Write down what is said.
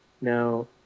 Now